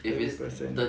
thirty percent